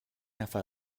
نفر